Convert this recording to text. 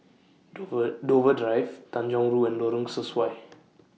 Dover Dover Drive Tanjong Rhu and Lorong Sesuai